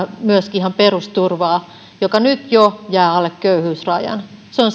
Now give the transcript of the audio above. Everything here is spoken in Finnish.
myöskin ihan perusturvaa joka nyt jo jää alle köyhyysrajan se on